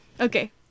Okay